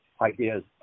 ideas